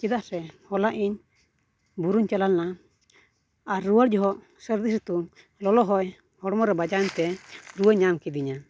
ᱪᱮᱫᱟᱜ ᱥᱮ ᱦᱚᱞᱟ ᱤᱧ ᱵᱩᱨᱩᱧ ᱪᱟᱞᱟᱣ ᱞᱮᱱᱟ ᱟᱨ ᱨᱩᱣᱟᱹᱲ ᱡᱚᱠᱷᱚᱱ ᱥᱟᱨᱫᱤ ᱥᱤᱛᱩᱝ ᱞᱚᱞᱚ ᱦᱚᱭ ᱦᱚᱲᱢᱚ ᱨᱮ ᱵᱟᱡᱟᱣᱟᱹᱧ ᱛᱮ ᱨᱩᱣᱟᱹ ᱧᱟᱢ ᱠᱤᱫᱤᱧᱟ